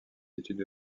études